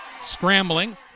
scrambling